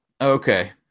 Okay